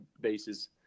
bases